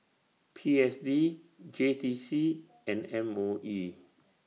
P S D J T C and M O E